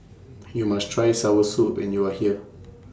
YOU must Try Soursop when YOU Are here